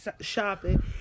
shopping